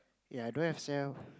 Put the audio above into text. ya I don't have cell